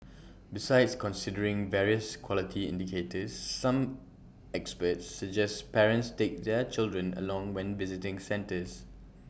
besides considering various quality indicators some experts suggest parents take their children along when visiting centres